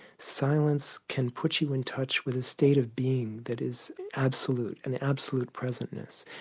silence can put you in touch with a state of being that is absolute an absolute present-ness.